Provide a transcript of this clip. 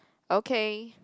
okay